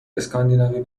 اسکاندیناوی